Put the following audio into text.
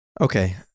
okay